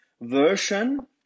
version